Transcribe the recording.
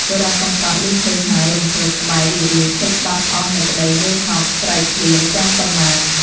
បុរសកំសត់លឺភ្លេងហើយ រំភើប សប្បាយរីករាយ ភ្លេចបាត់អស់នូវក្តីនឿយហត់ស្រេក ឃ្លានទាំងប៉ុន្មាន ។